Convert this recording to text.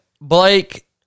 blake